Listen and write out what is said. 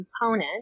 component